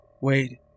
wait